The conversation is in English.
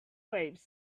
waves